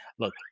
Look